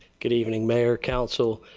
good evening mayor council.